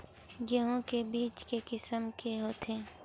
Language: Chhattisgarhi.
गेहूं के बीज के किसम के होथे?